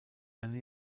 eine